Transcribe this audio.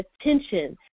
attention